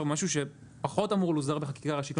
משהו שפחות אמור מוסדר בחקיקה ראשית.